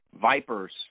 Vipers